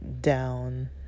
down